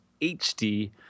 HD